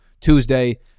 Tuesday